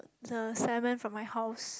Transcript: it's a salmon from my house